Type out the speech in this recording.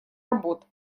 работ